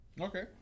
Okay